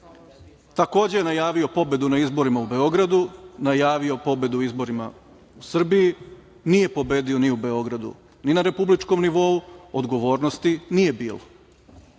takođe je najavio pobedu na izborima u Beogradu, najavio pobedu na izborima u Srbiji, nije pobedio ni u Beogradu ni na republičkom nivou - odgovornosti nije bilo. Na